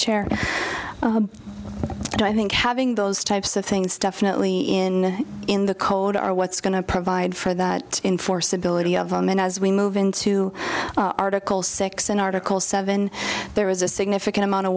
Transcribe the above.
chair but i think having those types of things definitely in in the cold are what's going to provide for that in force ability of our men as we move into article six in article seven there is a significant amount of